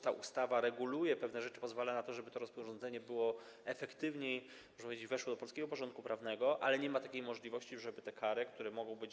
Ta ustawa reguluje pewne rzeczy, pozwala na to, żeby to rozporządzenie, można powiedzieć, efektywniej weszło do polskiego porządku prawnego, ale nie ma takiej możliwości, żeby te kary, które mogą być.